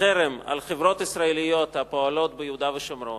חרם על חברות ישראליות הפועלות ביהודה ושומרון,